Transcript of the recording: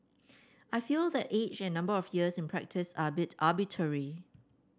I feel that age and number of years in practice are bit arbitrary